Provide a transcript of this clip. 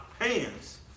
hands